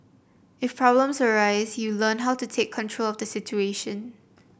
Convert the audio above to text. if problems arise you learn how to take control of the situation